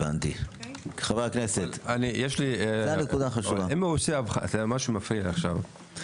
מה שמפריע לי עכשיו,